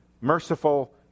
merciful